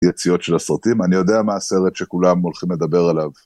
יציאות של הסרטים, אני יודע מה הסרט שכולם הולכים לדבר עליו.